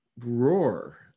roar